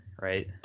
right